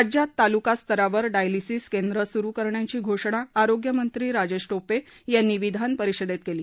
राज्यात तालुकास्तरावर डायलिसीस केंद्र सुरू करण्याची घोषणा आरोग्यमंत्री राजेश टोपे यांनी आज विधानपरिषदेत केली